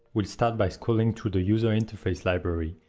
we start by scrolling to the user interface library,